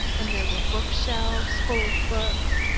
and there were book-shelves full of books,